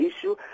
issue